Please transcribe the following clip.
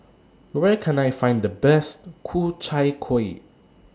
Where Can I Find The Best Ku Chai Kuih